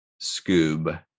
Scoob